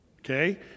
Okay